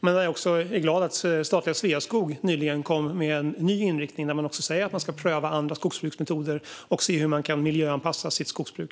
Jag är också glad över att statliga Sveaskog nyligen kom med en ny inriktning där man säger att man ska pröva andra skogsbruksmetoder och se hur man kan miljöanpassa sitt skogsbruk.